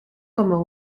como